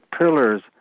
pillars